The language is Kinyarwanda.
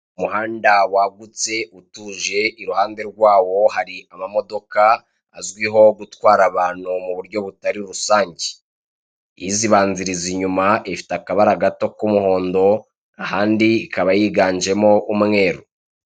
Umuhanda wagutse utuje iruhande rwawo hari amamodoka azwiho gutwara abantu muburyo butari rusange, izibanziriza inyuma ifite akabara gato kumuhondo ahandi ikaba yiganjemo umweru